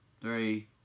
three